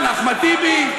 אחמד טיבי,